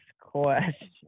question